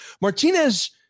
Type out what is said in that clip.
martinez